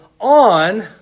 on